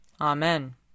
Amen